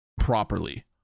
properly